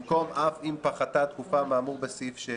במקום "אף אם פחתה התקופה מהאמור בסעיף 6",